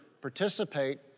participate